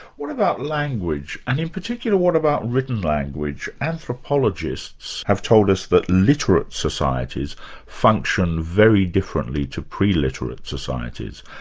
what about language, and in particular, what about written language? anthropologists have told us that literate societies function very differently to pre-literate societies.